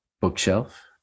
bookshelf